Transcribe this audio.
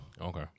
Okay